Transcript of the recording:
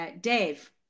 Dave